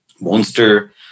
monster